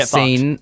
seen